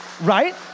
right